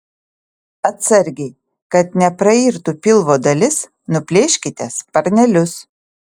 atsargiai kad neprairtų pilvo dalis nuplėškite sparnelius